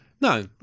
No